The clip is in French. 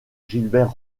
gilbert